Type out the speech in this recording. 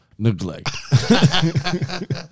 Neglect